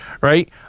right